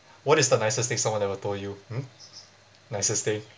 what is the nicest thing someone ever told you mm nicest thing